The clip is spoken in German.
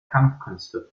kampfkünste